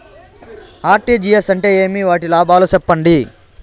RTGS అంటే ఏమి? వాటి లాభాలు సెప్పండి?